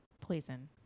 Poison